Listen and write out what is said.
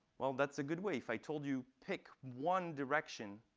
well, that's a good way. if i told you, pick one direction